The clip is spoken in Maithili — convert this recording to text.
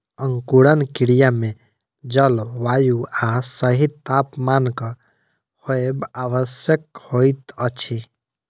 अंकुरण क्रिया मे जल, वायु आ सही तापमानक होयब आवश्यक होइत अछि